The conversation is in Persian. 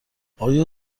آیا